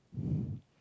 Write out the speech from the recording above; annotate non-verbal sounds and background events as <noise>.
<breath>